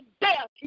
death